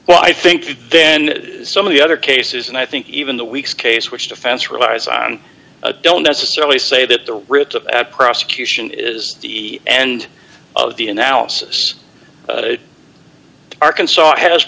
well i think then some of the other cases and i think even the weeks case which defense relies on don't necessarily say that the writ of at prosecution is the end of the analysis arkansas has